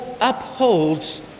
upholds